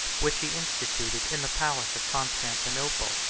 which he instituted in the palace of constantinople.